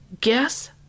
guess